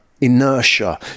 inertia